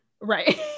Right